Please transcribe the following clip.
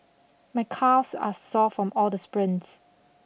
my calves are sore from all the sprints